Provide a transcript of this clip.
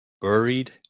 Buried